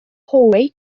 hallway